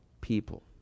people